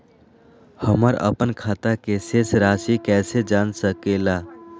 हमर अपन खाता के शेष रासि कैसे जान सके ला?